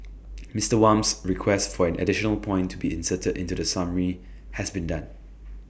Mister Wham's request for an additional point to be inserted into the summary has been done